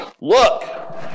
Look